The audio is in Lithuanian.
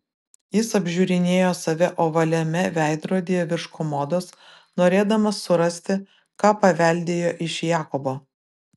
jis apžiūrinėjo save ovaliame veidrodyje virš komodos norėdamas surasti ką paveldėjo iš jakobo